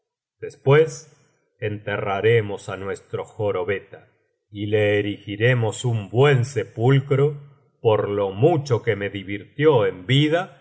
después enterraremos á nuestro jorobeta y le erigiremos un buen sepulcro por lo mucho que me divirtió en vida